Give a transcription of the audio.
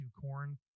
corn